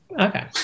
Okay